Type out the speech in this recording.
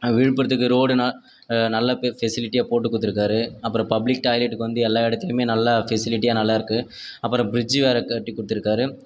விழுப்புரத்துக்கு road ந நல்ல இப்போ ஃபெசிலிட்டியாக போட்டுக் கொடுத்துருக்காரு அப்புறம் பப்ளிக் டாய்லெட்டுக்கு வந்து எல்லா இடத்துலையுமே நல்லா ஃபெசிலிட்டியா நல்லா இருக்குது அப்புறம் பிரிட்ஜ்ஜு வேற கட்டிக்கொடுத்துருக்காரு